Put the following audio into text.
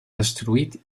destruït